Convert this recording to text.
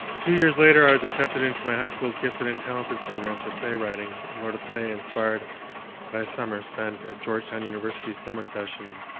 two years later, i was accepted into my high school's gifted and talented program for playwriting, and wrote a play inspired by a summer spent at georgetown university's summer session,